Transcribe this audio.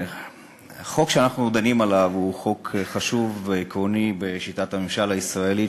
החוק שאנחנו דנים עליו הוא חוק חשוב ועקרוני בשיטת הממשל הישראלית,